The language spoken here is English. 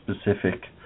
specific